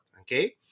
okay